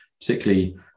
particularly